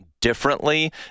differently